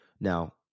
Now